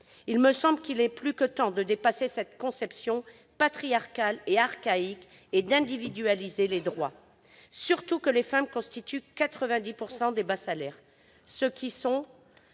Il me semble qu'il est plus que temps de dépasser cette conception patriarcale et archaïque et d'individualiser les droits, d'autant que les femmes constituent 90 % des personnes recevant